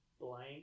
blank